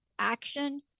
Action